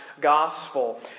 gospel